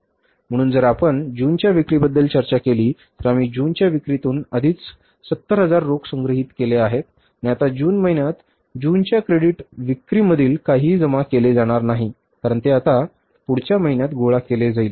म्हणून जर आपण जूनच्या विक्रीबद्दल चर्चा केली तर आम्ही जूनच्या विक्रीतून आधीच 70000 रोख संग्रहित केले आहेत आणि आता जून महिन्यात जूनच्या क्रेडिट विक्री मधील काहीही जमा केले जाणार नाही कारण ते आता पुढच्या महिन्यात गोळा केले जाईल